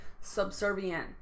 subservient